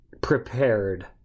prepared